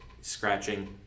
scratching